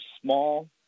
small